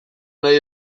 nahi